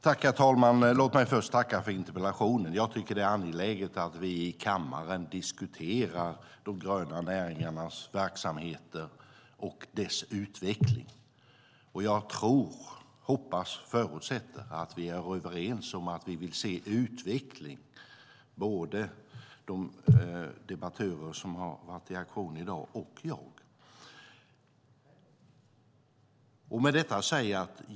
Herr talman! Låt mig tacka för interpellationen. Det är angeläget att vi i kammaren diskuterar de gröna näringarnas verksamheter och deras utveckling. Jag tror, hoppas, förutsätter att vi är överens om att vi vill se utveckling, både de debattörer som varit i aktion i dag och jag.